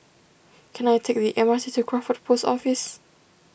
can I take the M R T to Crawford Post Office